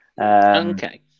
Okay